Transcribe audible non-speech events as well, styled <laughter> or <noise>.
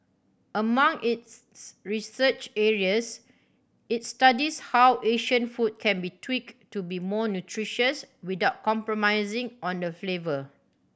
among its <unintelligible> research areas it studies how Asian food can be tweaked to be more nutritious without compromising on the flavour